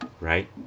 right